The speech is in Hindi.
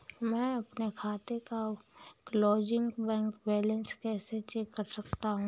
मैं अपने खाते का क्लोजिंग बैंक बैलेंस कैसे चेक कर सकता हूँ?